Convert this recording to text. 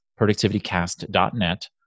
productivitycast.net